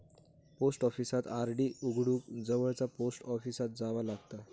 post ऑफिसात RD उघडूक जवळचा पोस्ट ऑफिसात जावा लागता